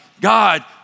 God